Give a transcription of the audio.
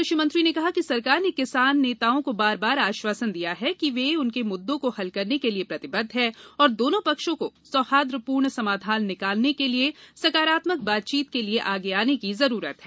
कृषि मंत्री ने कहा कि सरकार ने किसान नेताओं को बार बार आश्वासन दिया है कि वह उनके मुद्दों को हल करने के लिए प्रतिबद्ध है और दोनों पक्षों को सौहार्दपूर्ण समाधान निकालने के लिए सकारात्मक बातचीत के लिए आगे आने की जरूरत है